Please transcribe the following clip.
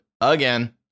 again